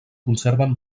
conserven